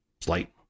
slight